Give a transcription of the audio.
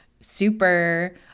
super